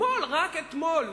רק אתמול,